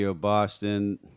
Boston